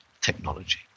technology